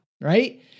right